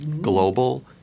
Global